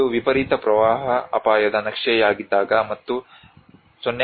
ಇದು ವಿಪರೀತ ಪ್ರವಾಹ ಅಪಾಯದ ನಕ್ಷೆಯಾಗಿದ್ದಾಗ ಮತ್ತು 0